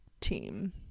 team